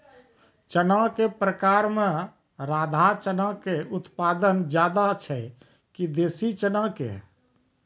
चना के प्रकार मे राधा चना के उत्पादन ज्यादा छै कि देसी चना के?